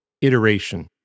iteration